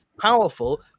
powerful